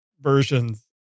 versions